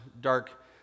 dark